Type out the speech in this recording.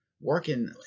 working